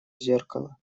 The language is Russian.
зеркало